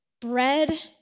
bread